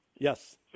Yes